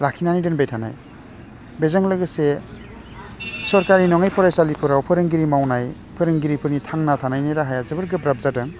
लाखिनानै दोनबाय थानाय बेजों लोगोसे सरकारि नङै फरायसालिफोराव फोरोंगिरि मावनाय फोरोंगिरिफोरनि थांना थानायनि राहाया जोबोद गोब्राब जादों